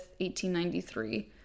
1893